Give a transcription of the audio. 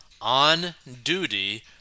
on-duty